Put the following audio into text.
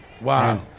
Wow